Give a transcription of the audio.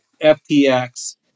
FTX